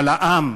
על העם,